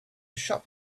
shop